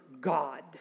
God